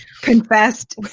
confessed